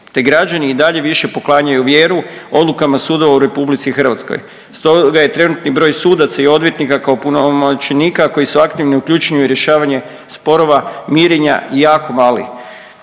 te građani i dalje više poklanjaju vjeru odlukama sudova u Republici Hrvatskoj. Stoga je trenutni broj sudaca i odvjetnika kao opunomoćenika koji su aktivno uključeni u rješavanje sporova mirenja jako mali.